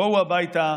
בואו הביתה.